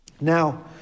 Now